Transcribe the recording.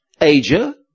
Asia